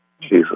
Jesus